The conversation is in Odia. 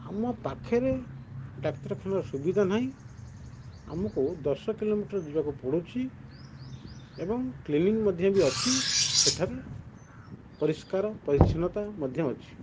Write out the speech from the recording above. ଆମ ପାଖେରେ ଡାକ୍ତରଖାନାର ସୁବିଧା ନାହିଁ ଆମକୁ ଦଶ କିଲୋମିଟର ଯିବାକୁ ପଡ଼ୁଛି ଏବଂ କ୍ଲିନିକ୍ ମଧ୍ୟ ବି ଅଛି ସେଠାରେ ପରିଷ୍କାର ପରିଚ୍ଛନ୍ନତା ମଧ୍ୟ ଅଛି